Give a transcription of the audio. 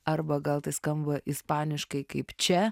arba gal tai skamba ispaniškai kaip čia